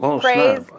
praise